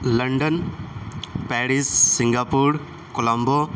London Paris Singapore Colombo